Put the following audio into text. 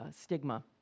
stigma